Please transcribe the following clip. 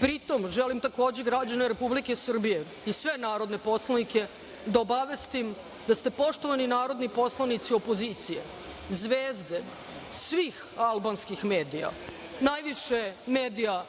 Pritom, želim, takođe, građane Republike Srbije i sve narodne poslanike da obavestim da ste, poštovani narodni poslanici opozicije, zvezde svih albanskih medija, najviše medija